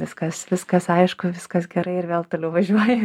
viskas viskas aišku viskas gerai ir vėl toliau važiuoji